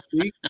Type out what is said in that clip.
see